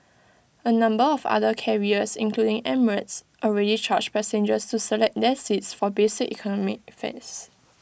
A number of other carriers including emirates already charge passengers to select their seats for basic economy fares